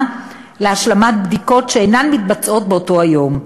להשלמת בדיקות שאינן מתבצעות באותו היום.